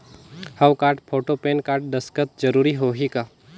हव card, photo, PAN card, दस्खत जरूरी होही का?